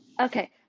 Okay